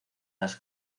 las